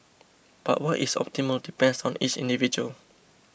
but what is optimal depends on each individual